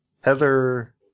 Heather